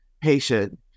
patient